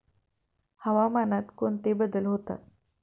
हवामानात कोणते बदल होतात?